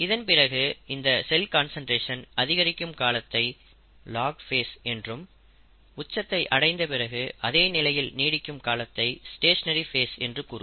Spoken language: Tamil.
இதன்பிறகு இந்த செல் கான்சன்ட்ரேஷன் அதிகரிக்கும் காலத்தை லாக் ஃபேஸ் என்றும் உச்சத்தை அடைந்த பிறகு அதே நிலையில் நீடிக்கும் காலத்தை ஸ்டேஷனரி ஃபேஸ் என்று கூறுவர்